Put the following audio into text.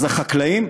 אז החקלאים,